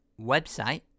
website